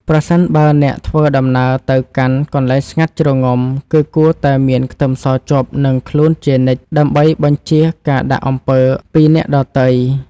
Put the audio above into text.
ប្រសិនបើអ្នកធ្វើដំណើរទៅកាន់កន្លែងស្ងាត់ជ្រងំគឺគួរតែមានខ្ទឹមសជាប់នឹងខ្លួនជានិច្ចដើម្បីបញ្ចៀសការដាក់អំពើពីអ្នកដទៃ។